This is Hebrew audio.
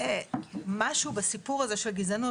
משהו בסיפור הזה של גזענות,